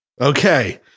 Okay